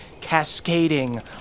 cascading